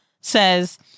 says